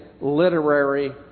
literary